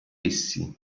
essi